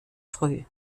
früh